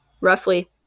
roughly